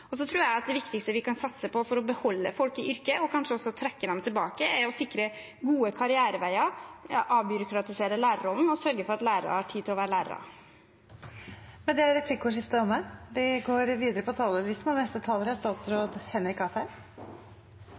tror at det viktigste vi kan satse på for å beholde folk i yrket og kanskje også trekke dem tilbake, er å sikre gode karriereveier, avbyråkratisere lærerrollen og sørge for at lærere har tid til å være lærere. Replikkordskiftet er omme. Neste vår uteksamineres det første ordinære kullet med masterstudenter fra grunnskolelærerutdanningen. Jeg er